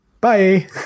Bye